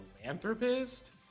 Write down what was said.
philanthropist